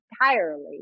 entirely